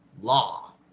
Law